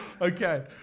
Okay